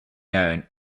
known